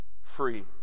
Free